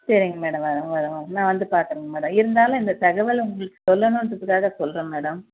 சரிங்க மேடம் வரேன் வரேன் வரேன் நான் வந்து பார்க்குறேங்க மேடம் இருந்தாலும் இந்த தகவலை உங்களுக்கு சொல்லணுங்றதுக்காக சொல்கிறேன் மேடம்